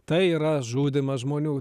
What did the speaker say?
tai yra žudymas žmonių